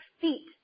feet